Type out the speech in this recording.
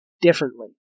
differently